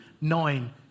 nine